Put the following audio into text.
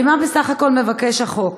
הרי מה בסך הכול מבקש החוק?